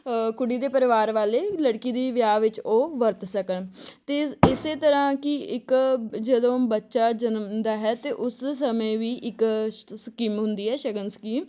ਕੁੜੀ ਦੇ ਪਰਿਵਾਰ ਵਾਲੇ ਲੜਕੀ ਦੀ ਵਿਆਹ ਵਿੱਚ ਉਹ ਵਰਤ ਸਕਣ ਅਤੇ ਇਸੇ ਤਰ੍ਹਾਂ ਕਿ ਇੱਕ ਜਦੋਂ ਬੱਚਾ ਜਨਮ ਦਾ ਹੈ ਅਤੇ ਉਸ ਸਮੇਂ ਵੀ ਇੱਕ ਸ ਸਕੀਮ ਹੁੰਦੀ ਹੈ ਸ਼ਗਨ ਸਕੀਮ